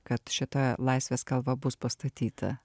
kad šita laisvės kalva bus pastatyta